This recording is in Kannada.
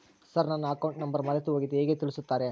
ಸರ್ ನನ್ನ ಅಕೌಂಟ್ ನಂಬರ್ ಮರೆತುಹೋಗಿದೆ ಹೇಗೆ ತಿಳಿಸುತ್ತಾರೆ?